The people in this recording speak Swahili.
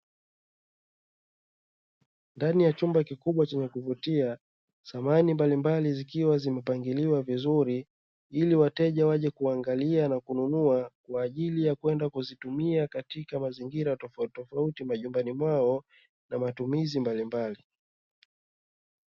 Ndani ya chumba kikubwa chenye kuvutia, samani mbalimbali zikiwa zimepangiliwa vizuri, ili wateja waje kuangalia na kununua kwa ajili ya kwenda kuzitumia katika mazingira tofauti tofauti majumbani mwao na matumizi mbalimbali.